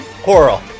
Coral